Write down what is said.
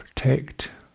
protect